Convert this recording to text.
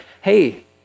hey